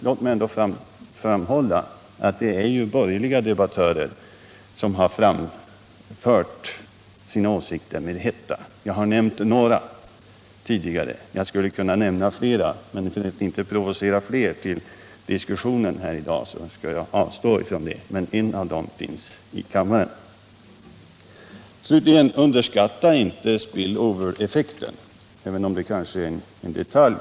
Låt mig ändå framhålla att det är borgerliga debattörer som har framfört sina åsikter med hetta. Jag har nämnt några tidigare, och jag skulle kunna nämna flera, men för att inte provocera fler till diskussion här i dag skall jag avstå. En av dem finns dock här i kammaren. Man bör inte underskatta spill-over-effekten även om den kanske är en detalj.